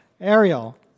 Ariel